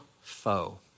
foe